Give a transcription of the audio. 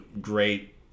great